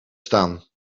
staan